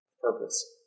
purpose